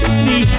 see